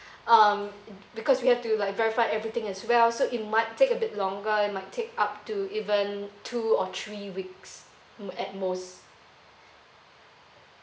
um because we have to like verify everything as well so it might take a bit longer it might take up to even two or three weeks at most